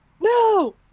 no